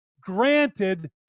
granted